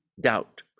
doubt